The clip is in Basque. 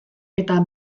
eta